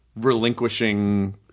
relinquishing